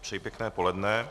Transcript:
Přeji pěkné poledne.